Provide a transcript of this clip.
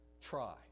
Try